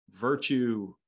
virtue